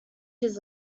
his